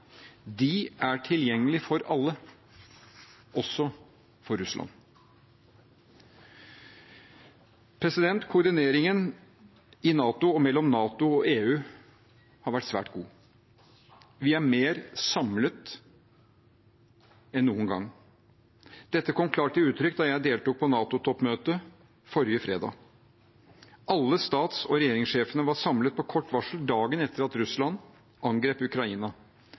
De er tilgjengelig for alle – også for Russland. Koordineringen i NATO og mellom NATO og EU har vært svært god. Vi er mer samlet enn noen gang. Dette kom klart til uttrykk da jeg deltok på NATO-toppmøtet forrige fredag. Alle stats- og regjeringssjefene var samlet på kort varsel dagen etter at Russland angrep Ukraina.